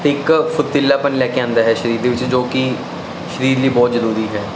ਇੱਕ ਫੁਤੀਲਾਪਨ ਲੈ ਕੇ ਆਉਂਦਾ ਹੈ ਸ਼ਰੀਰ ਦੇ ਵਿੱਚ ਜੋ ਕੀ ਸਰੀਰ ਲਈ ਬਹੁਤ ਜਰੂਰੀ ਹੈ